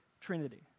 trinity